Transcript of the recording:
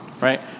right